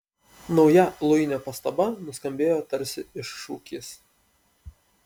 nauja luinio pastaba nuskambėjo tarsi iššūkis